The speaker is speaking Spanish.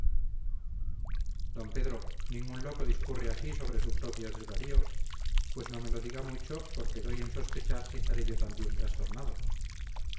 d pedro ningún loco discurre así sobre su propio desvarío pues no me lo diga mucho porque doy en sospechar si estaré yo también trastornado